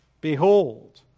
Behold